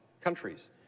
countries